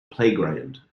playground